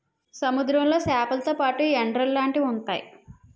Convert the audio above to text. సముద్రంలో సేపలతో పాటు ఎండ్రలు లాంటివి ఉంతాయి